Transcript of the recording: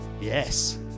Yes